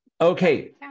Okay